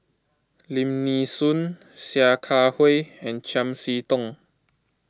Lim Nee Soon Sia Kah Hui and Chiam See Tong